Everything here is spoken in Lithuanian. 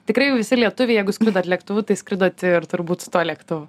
tikrai visi lietuviai jeigu skridot lėktuvu tai skridot ir turbūt su tuo lėktuvu